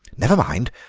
never mind,